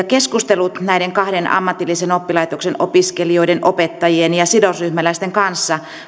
keskustelut näiden kahden ammatillisen oppilaitoksen opiskelijoiden opettajien ja sidosryhmäläisten kanssa